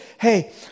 hey